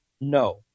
No